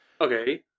Okay